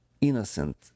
innocent